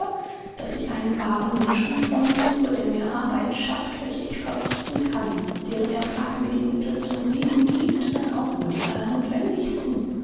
daß ich einen wahren menschenfreund suche der mir arbeit schafft welche ich verrichten kann und deren ertrag mir die mittel zum leben giebt wenn auch nur die allernotwendigsten